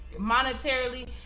monetarily